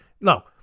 No